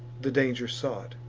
the danger sought,